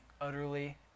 utterly